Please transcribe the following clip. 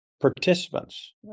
participants